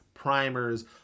primers